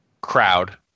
crowd